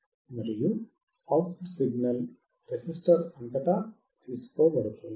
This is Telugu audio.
మరియు అవుట్ పుట్ సిగ్నల్ రెసిస్టర్ అంతటా తీసుకోబడుతుంది